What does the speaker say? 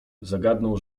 zagadnął